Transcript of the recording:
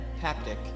Haptic